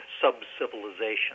sub-civilization